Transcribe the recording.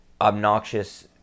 obnoxious